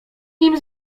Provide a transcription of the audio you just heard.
nim